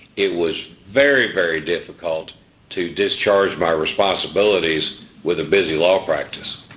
it was very, very difficult to discharge my responsibilities with a busy law practice.